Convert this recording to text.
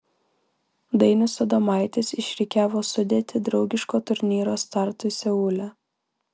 dainius adomaitis išrikiavo sudėtį draugiško turnyro startui seule